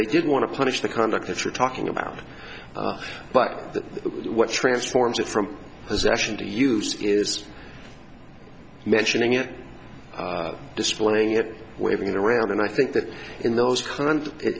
they didn't want to punish the conduct that you're talking about but what transforms it from possession to use is mentioning it displaying it waving it around and i think that in those kinds of it